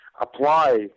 apply